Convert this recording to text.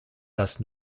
das